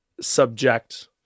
subject